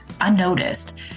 unnoticed